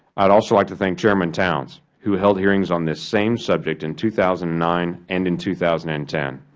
i would also like to thank chairman towns, who held hearings on this same subject in two thousand and nine and in two thousand and ten.